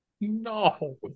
No